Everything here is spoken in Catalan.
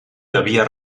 devia